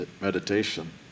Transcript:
meditation